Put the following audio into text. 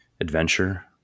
adventure